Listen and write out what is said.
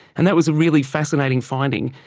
and that was a really fascinating finding,